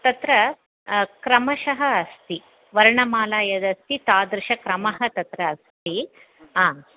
तत्र क्रमशः अस्ति वर्णमाला यदस्ति तादृशक्रमः तत्र अस्ति आम्